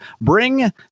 bring